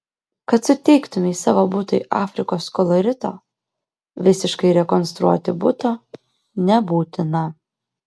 kad suteiktumei savo butui afrikos kolorito visiškai rekonstruoti buto nebūtina